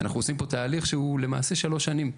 אנחנו עושים פה תהליך שהוא למעשה שלוש שנים.